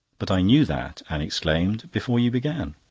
but i knew that, anne exclaimed, before you began.